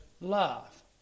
love